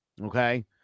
Okay